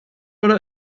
oder